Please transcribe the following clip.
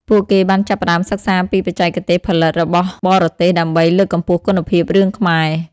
ពួកគេបានចាប់ផ្តើមសិក្សាពីបច្ចេកទេសផលិតរបស់បរទេសដើម្បីលើកកម្ពស់គុណភាពរឿងខ្មែរ។